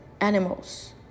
animals